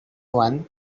one